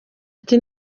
ati